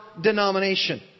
denomination